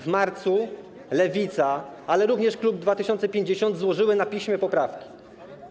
W marcu Lewica, ale również koło 2050 złożyły na piśmie poprawki.